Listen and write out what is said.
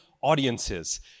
audiences